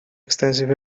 extensive